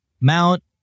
Mount